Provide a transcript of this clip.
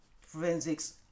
forensics